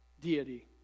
deity